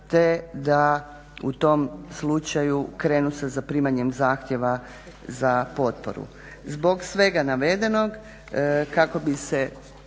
te da u tom slučaju krenu sa zaprimanjem zahtjeva za potporu. Zbog svega navedenog kako bi se